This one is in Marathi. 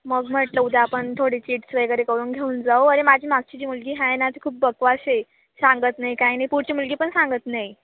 मग म्हटलं उद्या आपण थोडे चिट्स वगैरे करून घेऊन जाऊ अरे माझी मागची जी मुलगी आहे ना ते खूप बकवास सांगत नाही काय नाही पुढची मुलगी पण सांगत नाही